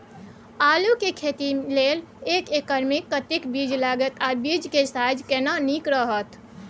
आलू के खेती लेल एक एकर मे कतेक बीज लागत आ बीज के साइज केना नीक रहत?